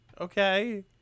okay